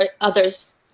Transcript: others